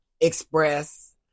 express